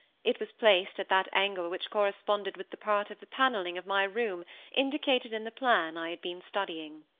it was placed at that angle which corresponded with the part of the paneling of my room indicated in the plan i had been studying.